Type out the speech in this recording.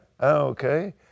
Okay